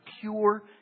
pure